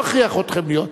אני לא אכריח אתכם להיות,